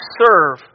serve